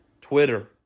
Twitter